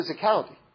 physicality